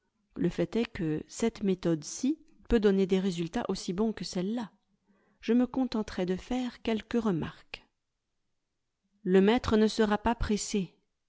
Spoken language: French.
le fait est que cette méthode ci peut donner des résultats aussi bons que celle-là je me contenterai de faire quelques remarques le maître ne sera pas pressé